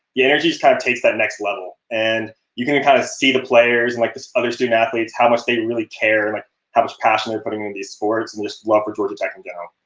your energy's kind of takes that next level and you can kind of see the players and like the other student athletes how much they really care like how much passion they're putting in these sports and just love for georgia tech in general.